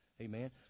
amen